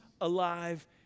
alive